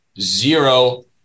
zero